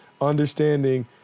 understanding